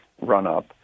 run-up